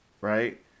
right